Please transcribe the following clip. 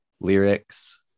lyrics